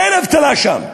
אין אבטלה שם.